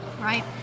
Right